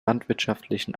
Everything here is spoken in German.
landwirtschaftlichen